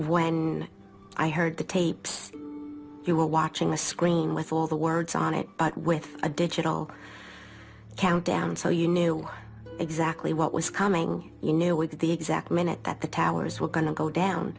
when i heard the tapes you were watching the screen with all the words on it but with a digital countdown so you knew exactly what was coming you knew what the exact minute that the towers were going to go down